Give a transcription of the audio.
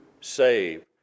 save